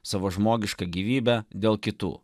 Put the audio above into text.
savo žmogišką gyvybę dėl kitų